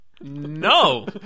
no